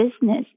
business